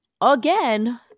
again